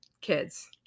Kids